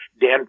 Dan